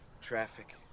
Traffic